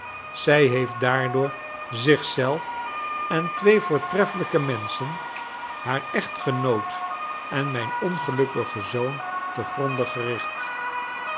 zij heeft daardoor zich zelf en twee voortreffelijke menschen haar echtgenoot en mijn ongelukkigen zoon te gronde gericht